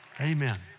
Amen